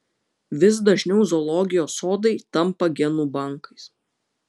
vis dažniau zoologijos sodai tampa genų bankais